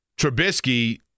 Trubisky